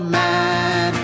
man